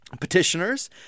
petitioners